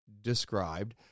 described